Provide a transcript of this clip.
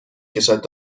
کشد